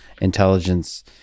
intelligence